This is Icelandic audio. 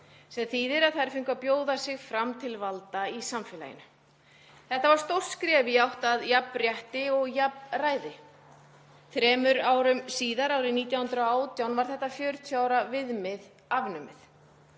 sem þýðir að þær fengu að bjóða sig fram til valda í samfélaginu. Þetta var stórt skref í átt að jafnrétti og jafnræði. Þremur árum síðar, árið 1918, var þetta 40 ára viðmið afnumið.